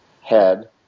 head